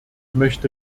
möchte